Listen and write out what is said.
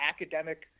academic